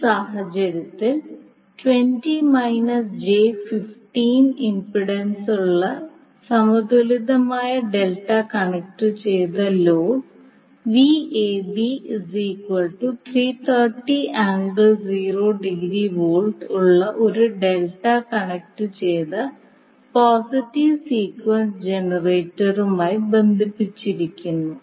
ഈ സാഹചര്യത്തിൽ ഇംപെഡൻസുള്ള സമതുലിതമായ ഡെൽറ്റ കണക്റ്റുചെയ്ത ലോഡ് V ഉള്ള ഒരു ഡെൽറ്റ കണക്റ്റുചെയ്ത പോസിറ്റീവ് സീക്വൻസ് ജനറേറ്ററുമായി ബന്ധിപ്പിച്ചിരിക്കുന്നു